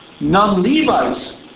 Non-Levites